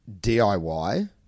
DIY